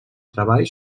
treball